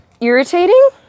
irritating